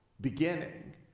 beginning